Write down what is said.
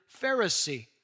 Pharisee